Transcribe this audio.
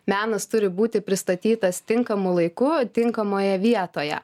menas turi būti pristatytas tinkamu laiku tinkamoje vietoje